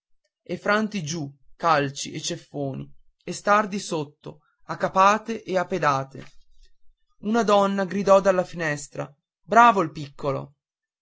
e franti giù calci e ceffoni e stardi sotto a capate e a pedate una donna gridò dalla finestra bravo il piccolo